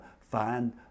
find